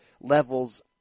levels